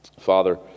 Father